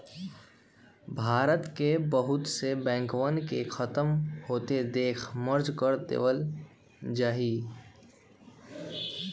भारत के बहुत से बैंकवन के खत्म होते देख मर्ज कर देयल जाहई